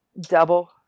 Double